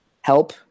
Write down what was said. help